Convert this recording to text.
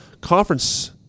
conference